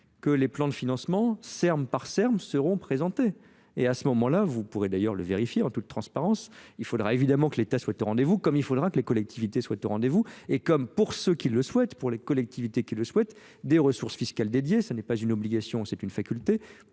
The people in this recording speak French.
que les plans de financement serme par serme seront présentés et à ce moment là vous pourrez d'ailleurs le vérifier en toute transparence il faudra évidemment que l'état soit au rendez vous comme il faudra que les collectivités soient au rendez vous et comme pour ceux qui le souhaitent pour les collectivités qui le souhaitent des ressources fiscales dédiées ce n'est pas une obligation c'est une faculté